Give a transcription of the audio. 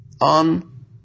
on